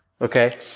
Okay